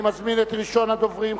אני מזמין את ראשון הדוברים,